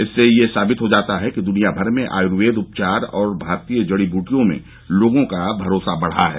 इससे यह साबित हो जाता है कि द्नियाभर में आयुर्वेद उपचार और भारतीय जडी ब्रेटियों में लोगों का भरोसा बढा है